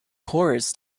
course